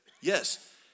Yes